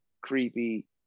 creepy